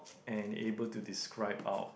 and able to describe out